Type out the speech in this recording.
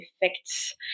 effects